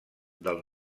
del